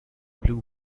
blue